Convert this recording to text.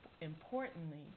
importantly